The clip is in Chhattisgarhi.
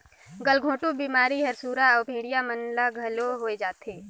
गलघोंटू बेमारी हर सुरा अउ भेड़िया मन ल घलो होय जाथे